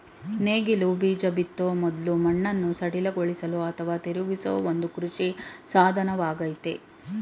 ನೇಗಿಲು ಬೀಜ ಬಿತ್ತೋ ಮೊದ್ಲು ಮಣ್ಣನ್ನು ಸಡಿಲಗೊಳಿಸಲು ಅಥವಾ ತಿರುಗಿಸೋ ಒಂದು ಕೃಷಿ ಸಾಧನವಾಗಯ್ತೆ